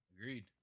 Agreed